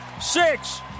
six